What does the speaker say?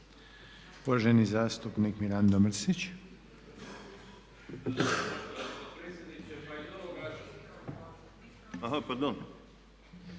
Uvaženi zastupnik Mirando Mrsić.